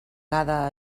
cada